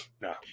No